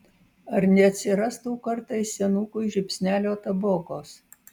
ar neatsirastų kartais senukui žiupsnelio tabokos